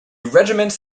regiments